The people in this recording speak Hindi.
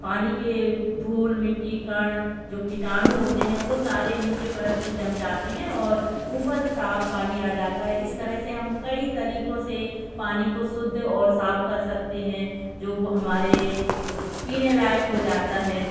पानी के धूल मिट्टी कण जो कीटाणु होते हैं वो सारे नीचे परत में जम जाते हैं और ऊपर साफ़ पानी आ जाता है इस तरह से हम कई तरीक़ों से पानी को शुद्ध और साफ़ कर सकते हैं जो हमारे पीने लायक़ हो जाता है